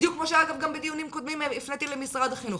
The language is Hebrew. בדיוק כמו שאגב גם בדיונים קודמים הפניתי למשרד החינוך.